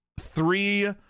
three